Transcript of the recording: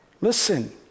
Listen